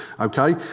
okay